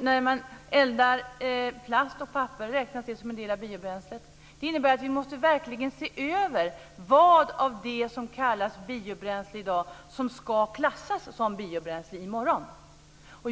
När man eldar plast och papper räknas det som en del av biobränslet. Det innebär att vi verkligen måste se över vad av det som kallas biobränsle i dag som ska klassas som biobränsle i morgon.